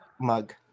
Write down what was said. mug